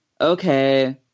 okay